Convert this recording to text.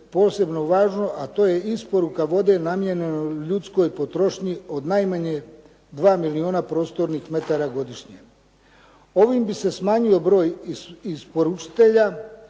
posebno važno, a to je isporuka vode namijenjene ljudskoj potrošnji od najmanje 2 milijuna prostornih metara godišnje. Ovim bi se smanjio broj isporučitelja